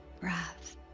breath